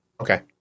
Okay